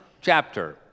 chapter